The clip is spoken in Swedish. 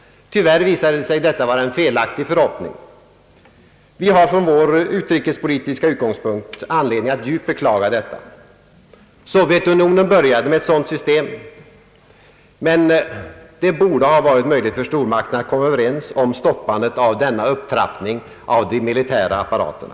Tyvärr visade sig detta vara en felaktig förhoppning. Vi har från vår utrikespolitiska utgångspunkt anledning att djupt beklaga detta. Sovjetunionen började bygga upp ett sådant system, men det borde ha varit möjligt för stormakterna att komma överens om att stoppa denna upptrappning av de militära apparaterna.